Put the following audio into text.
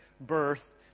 birth